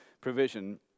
provision